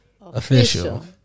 official